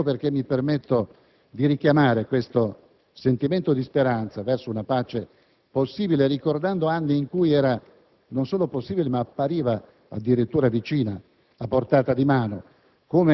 Ecco perché mi permetto di richiamare questo sentimento di speranza verso una pace possibile, ricordando anni in cui essa appariva non solo possibile, ma addirittura vicina, a portata di mano,